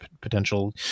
potential